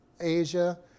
asia